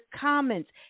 comments